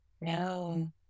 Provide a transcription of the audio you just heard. No